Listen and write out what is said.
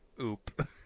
oop